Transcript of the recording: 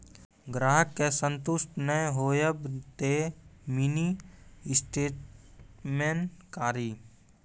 ग्राहक के संतुष्ट ने होयब ते मिनि स्टेटमेन कारी?